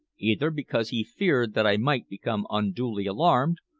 either because he feared that i might become unduly alarmed,